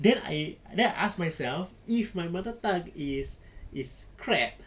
then I then I ask myself if my mother tongue is is crap